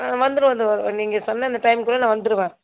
ஆ வந்துருவேன் வந்துடுவேன் இந்தோ நீங்கள் சொன்ன அந்த டைமுக்குள்ள நான் வந்துடுவேன்